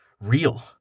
real